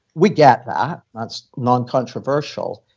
we get that. that's noncontroversial.